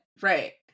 Right